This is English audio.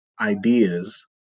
ideas